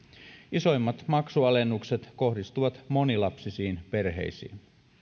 isoimmat maksualennukset kohdistuvat monilapsisiin perheisiin